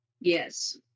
Yes